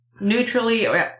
Neutrally